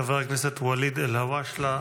חבר הכנסת ואליד אלהואשלה.